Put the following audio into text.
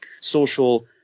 social